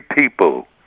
people